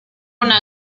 una